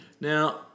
Now